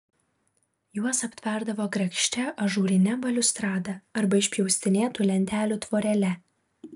juos aptverdavo grakščia ažūrine baliustrada arba išpjaustinėtų lentelių tvorele